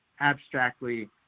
abstractly